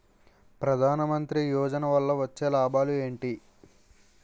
ప్రధాన మంత్రి యోజన వల్ల వచ్చే లాభాలు ఎంటి?